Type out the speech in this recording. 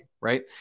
right